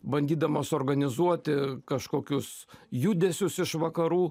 bandydamas suorganizuoti kažkokius judesius iš vakarų